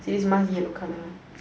see this mask yellow colour